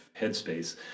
headspace